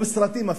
או בסרטים,